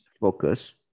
focus